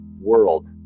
world